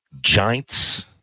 Giants